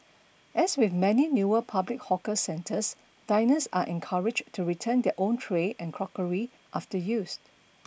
as with many newer public hawker centres diners are encouraged to return their own tray and crockery after use